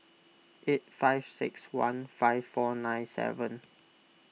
eight five six one five four nine seven